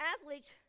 athletes